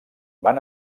van